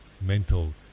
mental